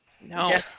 No